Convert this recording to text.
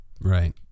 Right